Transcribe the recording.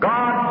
God